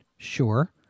Sure